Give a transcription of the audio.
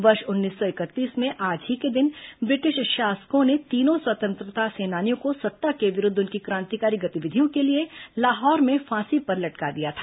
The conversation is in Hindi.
वर्ष उन्नीस सौ इकतीस में आज ही के दिन ब्रिटिश शासकों ने तीनों स्वतंत्रता सेनानियों को सत्ता के विरुद्व उनकी क्रांतिकारी गतिविधियों के लिए लाहौर में फांसी पर लटका दिया था